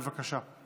בבקשה.